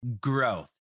growth